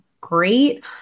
great